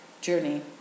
journey